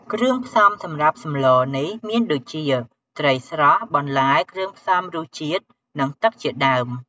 គ្រឿងផ្សំសម្រាប់សម្លនេះមានដូចជា ត្រីស្រស់ បន្លែ គ្រឿងផ្សំរសជាតិ និងទឹកជាដើម។